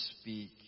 speak